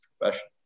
profession